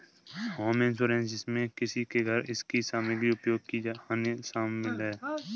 home insurance जिसमें किसी के घर इसकी सामग्री उपयोग की हानि शामिल है